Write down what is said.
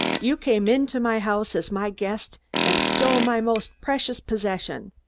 you came into my house as my guest and stole my most precious possession.